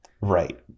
Right